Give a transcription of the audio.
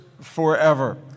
forever